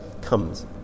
comes